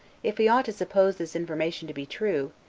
if he ought to suppose this information to be true,